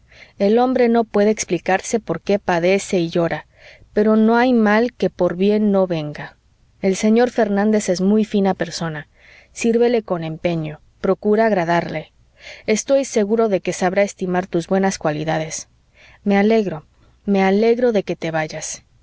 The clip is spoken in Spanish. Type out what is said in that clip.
el hombre no puede explicarse por que padece y llora pero no hay mal que por bien no venga el señor fernández es muy fina persona sírvele con empeño procura agradarle estoy seguro de que sabrá estimar tus buenas cualidades me alegro me alegro de que te vayas